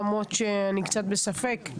למרות שאני קצת בספק,